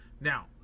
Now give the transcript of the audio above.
Now